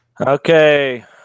Okay